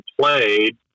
played